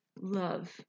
love